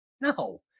no